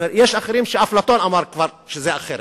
אחרים אומרים שאפלטון כבר אמר שזה אחרת,